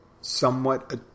somewhat